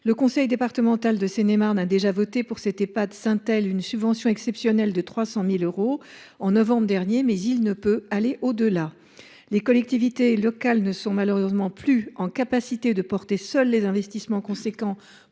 Le conseil départemental de Seine et Marne a déjà accordé à l’Ehpad Saint Aile une subvention exceptionnelle de 300 000 euros en novembre dernier, mais il ne peut aller au delà. Les collectivités locales ne peuvent malheureusement plus porter seules les investissements importants